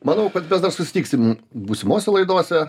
manau kad mes dar susitiksim būsimose laidose